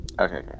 Okay